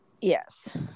yes